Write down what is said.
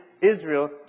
Israel